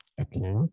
Okay